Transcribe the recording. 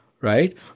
right